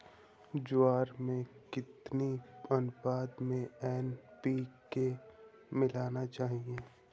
ज्वार में कितनी अनुपात में एन.पी.के मिलाना चाहिए?